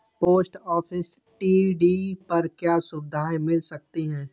Post office TD पर क्या सुविधाएँ मिल सकती है?